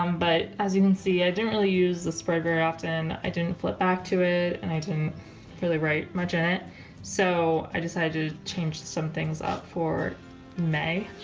um but as you can see i didn't really use the spread very often i didn't flip back to it and i didn't really write much in it so i decided to change some things up for may